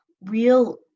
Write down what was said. real